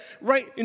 right